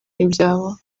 n’ibyabo